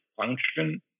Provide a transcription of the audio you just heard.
function